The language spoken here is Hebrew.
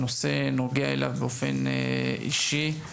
הנושא נוגע אליו באופן אישי.